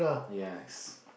yes